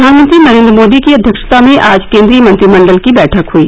प्रधानमंत्री नरेन्द्र मोदी की अध्यक्षता में आज केन्द्रीय मंत्रिमंडल की बैठक हुई